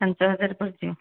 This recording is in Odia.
ପାଞ୍ଚ ହଜାର ପଡ଼ିଯିବ